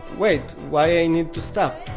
wait, why i need to stop?